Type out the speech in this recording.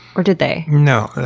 or did they? no.